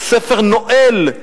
ספר נואל,